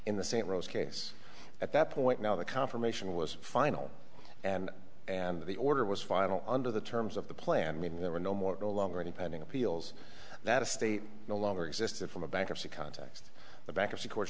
in the st rose case at that point now the confirmation was final and and the order was final under the terms of the plan when there were no more no longer any pending appeals that a state no longer existed from a bankruptcy context the back of the court